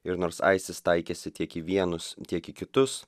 ir nors isis taikėsi tiek į vienus tiek į kitus